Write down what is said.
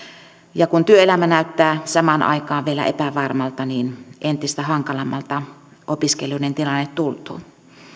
ja kun työelämä näyttää samaan aikaan vielä epävarmalta niin entistä hankalammalta opiskelijoiden tilanne tuntuu